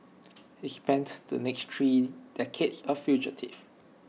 he spent the next three decades A fugitive